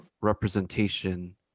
representation